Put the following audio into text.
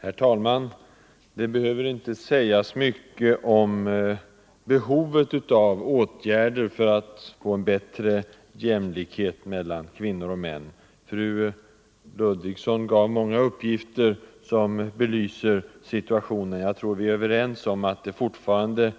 Herr talman! Det behöver inte sägas mycket om behovet av åtgärder för bättre jämlikhet mellan kvinnor och män. Fru Ludvigsson lämnade många uppgifter som belyser situationen. Jag tror vi är överens om att kvinnorna fortfarande